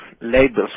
labels